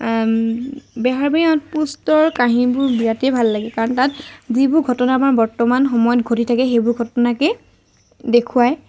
বেহৰবাৰী আউটপোষ্টৰ কাহিনীবোৰ বিৰাটেই ভাল লাগে কাৰণ তাত যিবোৰ ঘটনা আমাৰ বৰ্তমান সময়ত ঘটি থাকে সেইবোৰ সেইবোৰ ঘটনাকে দেখুৱায়